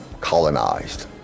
colonized